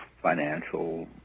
financial